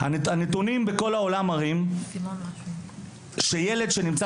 הנתונים בכל העולם מראים שילד שנמצא